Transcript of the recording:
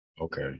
okay